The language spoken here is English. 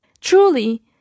truly